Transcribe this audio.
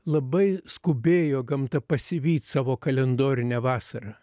labai skubėjo gamta pasivyt savo kalendorinę vasarą